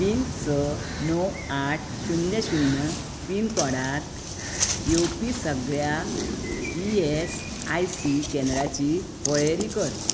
तीन स णव आठ शुन्य शुन्य पिनकोडांत येवपी सगळ्या ई एस आय सी केंद्रांची वळेरी कर